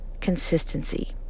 consistency